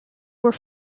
were